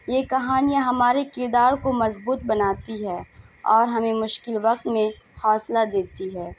یہ کہانیاں ہمارے کردار کو مضبوط بناتی ہے اور ہمیں مشکل وقت میں حاصلہ دیتی ہے